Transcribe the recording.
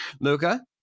Luca